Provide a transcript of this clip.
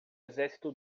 exército